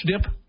dip